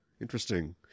interesting